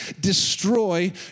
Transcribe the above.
destroy